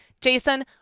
jason